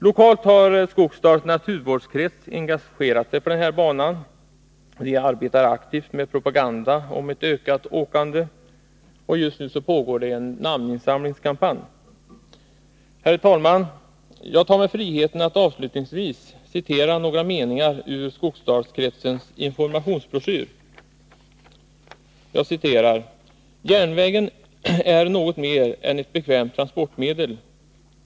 Lokalt har Skogsdals naturvårdskrets engagerat sig för banan. Man arbetar aktivt med propaganda för ett ökat åkande, och just nu pågår en namninsamlingskampanj. Herr talman! Jag tar mig friheten att avslutningsvis citera några meningar ur Skogsdalskretsens informationsbroschyr: ”Järnvägen är något mer än ett bekvämt transportmedel.